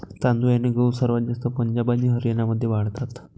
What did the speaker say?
तांदूळ आणि गहू सर्वात जास्त पंजाब आणि हरियाणामध्ये वाढतात